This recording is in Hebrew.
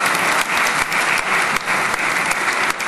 (מחיאות כפיים)